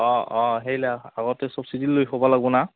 অঁ অঁ সেইলে আগতে সব ছিজিল লৈ থ'ব লাগিব নহ্